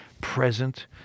present